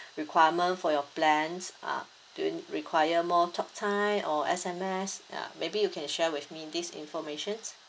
requirement for your plans ah do you require more talk time or S_M_S ya maybe you can share with me this informations